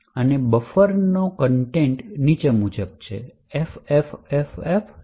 અને બફરની સામગ્રી નીચે મુજબ છે FFFFCF08